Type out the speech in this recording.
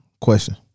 question